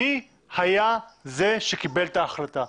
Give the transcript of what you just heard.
מי היה זה שקיבל את ההחלטה.